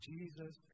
Jesus